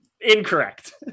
Incorrect